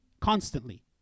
constantly